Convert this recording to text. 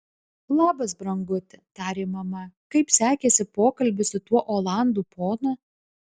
labas branguti tarė mama kaip sekėsi pokalbis su tuo olandų ponu